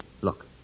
look